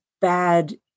bad